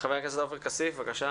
חבר הכנסת עופר כסיף, בבקשה.